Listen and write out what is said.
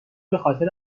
بخاطر